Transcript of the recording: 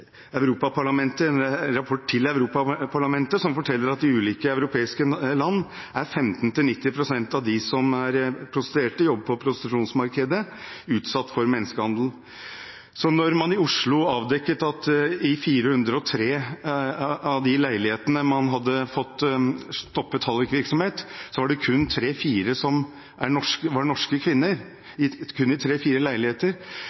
til Europaparlamentet som forteller at i ulike europeiske land er 15–90 pst. av dem som er prostituerte, som jobber på prostitusjonsmarkedet, utsatt for menneskehandel. Så når man i Oslo avdekket at av de 403 leilighetene hvor man hadde fått stoppet hallikvirksomhet, var det kun i tre–fire leiligheter det var norske kvinner, er det klart at det er sannsynlig at en stor del av dem som jobber på prostitusjonsmarkedet i